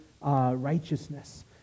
righteousness